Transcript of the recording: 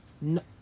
No